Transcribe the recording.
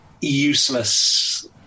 useless